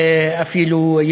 אפילו אותך,